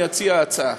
אני אציע הצעה.